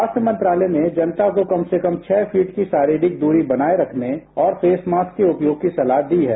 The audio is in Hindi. स्वास्थ्य मंत्रालय ने जनता को कम से कम छह फिट की शारीरिक दूरी बनाए रखने और फेस मॉस्क के उपयोग की सलाह दी है